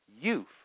youth